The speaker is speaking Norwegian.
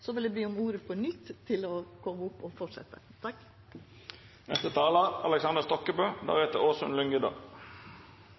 Så vil eg be om ordet på nytt for å koma opp og